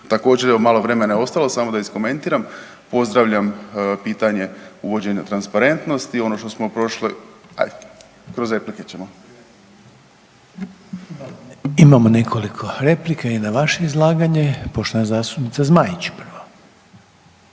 Također, evo, malo je vremena ostalo, samo da iskomentiram, pozdravljam pitanje o uvođenju transparentnosti, ono što smo prošli… Ajde, kroz replike ćemo. **Reiner, Željko (HDZ)** Imamo nekoliko replika i na vaše izlaganje, poštovana zastupnica Zmaić prvo.